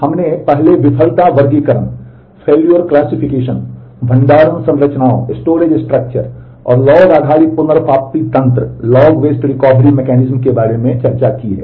हमने पहले विफलता वर्गीकरण के बारे में चर्चा की है